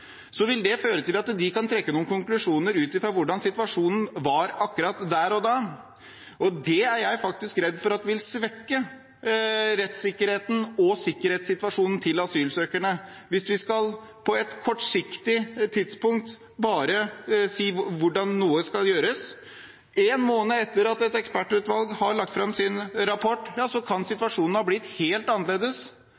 vil det føre til at de kan trekke konklusjoner ut fra hvordan situasjonen var akkurat der og da. Det er jeg redd for vil svekke rettssikkerheten og sikkerhetssituasjonen til asylsøkerne. Hvis vi i et kortsiktig perspektiv skal si hvordan noe skal gjøres, én måned etter at et ekspertutvalg har lagt fram sin rapport,